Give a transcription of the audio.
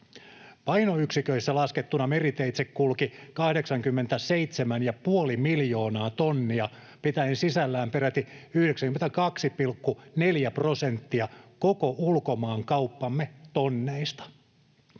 Painoyksiköissä laskettuna meriteitse kulki 87,5 miljoonaa tonnia, pitäen sisällään peräti 92,4 prosenttia koko ulkomaankauppamme tonneista.